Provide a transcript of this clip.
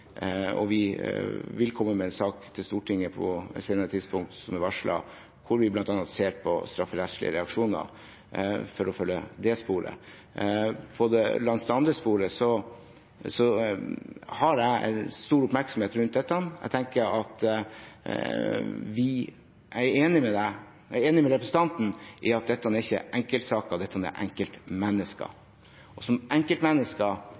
Vi vil komme med en sak til Stortinget på et senere tidspunkt, som er varslet, der vi bl.a. ser på strafferettslige reaksjoner, for å følge det sporet. Langs det andre sporet har jeg stor oppmerksomhet rundt dette. Jeg er enig med representanten i at dette ikke er enkeltsaker, men enkeltmennesker, og som